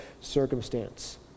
circumstance